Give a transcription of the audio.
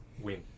win